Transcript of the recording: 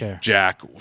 Jack